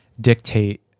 dictate